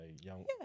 young